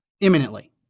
imminently